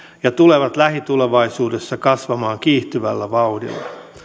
ja tulevat lähitulevaisuudessa kasvamaan kiihtyvällä vauhdilla